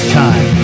time